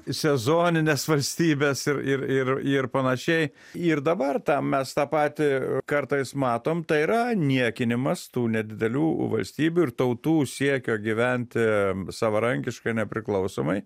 sezonines valstybes ir ir ir ir panašiai ir dabar tą mes tą patį kartais matom tai yra niekinimas tų nedidelių valstybių ir tautų siekio gyventi savarankiškai nepriklausomai